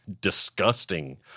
disgusting